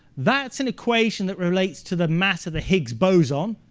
that's an equation that relates to the mass of the higgs boson,